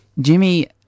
Jimmy